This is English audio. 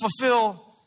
fulfill